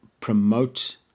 promote